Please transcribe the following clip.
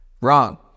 Wrong